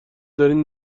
دارین